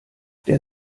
der